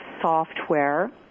software